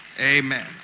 Amen